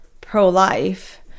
pro-life